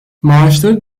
maaşları